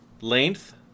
length